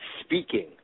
speaking